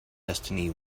destiny